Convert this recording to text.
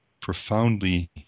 profoundly